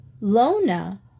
Lona